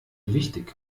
wichtig